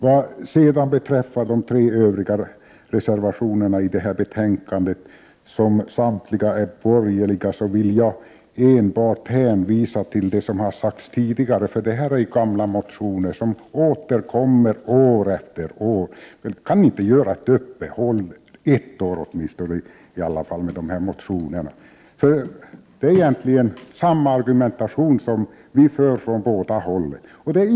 Vad sedan beträffar de tre övriga reservationerna i detta betänkande, som samtliga är borgerliga, vill jag enbart hänvisa till det som har sagts tidigare. Det här är gamla motioner som återkommer år efter år. Kan ni inte göra ett uppehåll ett år åtminstone med dessa motioner? Det är egentligen samma argumentation som förs från båda håll.